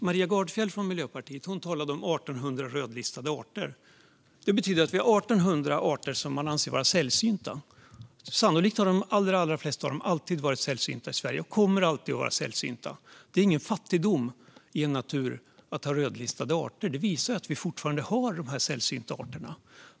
Maria Gardfjell från Miljöpartiet talade om 1 800 rödlistade arter. Det betyder att vi har 1 800 arter som man anser vara sällsynta. Sannolikt har de allra flesta av dem alltid varit sällsynta i Sverige och kommer alltid att vara sällsynta. Det är inte fattigdom i naturen att ha rödlistade arter, utan det visar att vi fortfarande har de här sällsynta arterna.